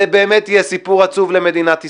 זה באמת יהיה סיפור עצוב למדינת ישראל,